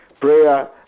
prayer